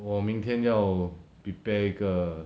我明天要 prepare 一个